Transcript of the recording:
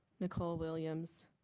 nicole williams?